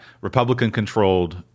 Republican-controlled